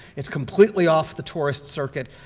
it's completely off the tourist circuit.